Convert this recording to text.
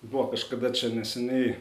buvo kažkada čia neseniai